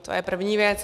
To je první věc.